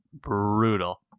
brutal